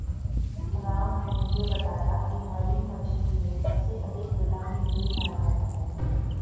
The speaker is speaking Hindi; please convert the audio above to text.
राम ने मुझे बताया की मरीन मछली में सबसे अधिक विटामिन ए पाया जाता है